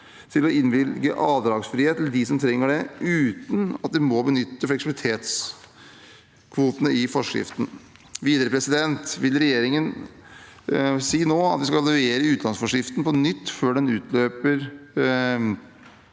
til å innvilge avdragsfrihet til dem som trenger det, uten at de må benytte fleksibilitetskvotene i forskriften. Videre vil regjeringen nå si at vi skal evaluere utlånsforskriften på nytt, før den utløper